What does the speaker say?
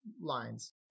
lines